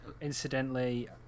Incidentally